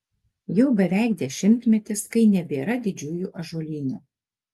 jau beveik dešimtmetis kai nebėra didžiųjų ąžuolynų